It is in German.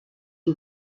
die